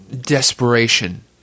desperation